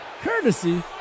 courtesy